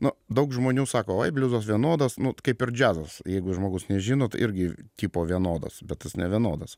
nu daug žmonių sako ai bliuzas vūienodas kaip ir džiazas jeigu žmogus nežinot irgi tipo vienodas bet jis nevienodas